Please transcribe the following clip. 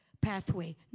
pathway